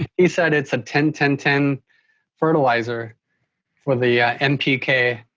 he said it's a ten ten ten fertilizer for the npk,